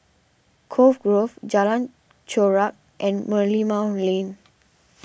Cove Grove Jalan Chorak and Merlimau Lane